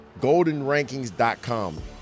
GoldenRankings.com